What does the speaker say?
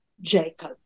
Jacob